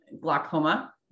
glaucoma